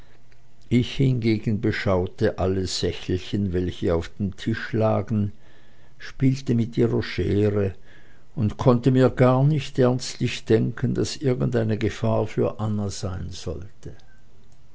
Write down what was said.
ich hingegen beschaute alle sächelchen welche auf dem tische lagen spielte mit ihrer schere und konnte mir gar nicht ernstlich denken daß irgendeine gefahr für anna sein sollte